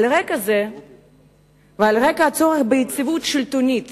על רקע זה ועל רקע הצורך ביציבות שלטונית